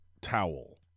towel